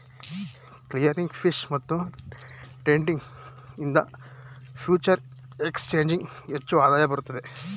clearing fees ಮತ್ತು trading ಇಂದ ಫ್ಯೂಚರೆ ಎಕ್ಸ್ ಚೇಂಜಿಂಗ್ ಹೆಚ್ಚು ಆದಾಯ ಬರುತ್ತದೆ